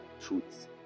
truths